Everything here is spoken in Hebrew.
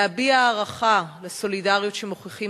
להביע הערכה לסולידריות שמוכיחים